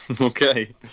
Okay